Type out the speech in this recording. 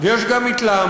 ויש גם התלהמות,